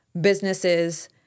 businesses